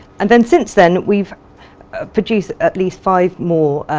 and then since then we've produced at least five more,